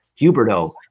Huberto